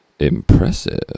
impressive